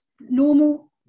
normal